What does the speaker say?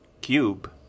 cube